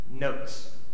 notes